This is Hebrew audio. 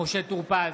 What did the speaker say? משה טור פז,